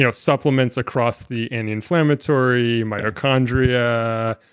yeah supplements across the anti-inflammatory, mitochondria,